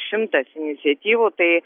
šimtas iniciatyvų tai